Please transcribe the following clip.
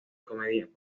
comediante